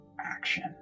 action